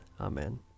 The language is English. Amen